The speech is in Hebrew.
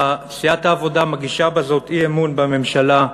סיעת העבודה מגישה בזאת אי-אמון בממשלה.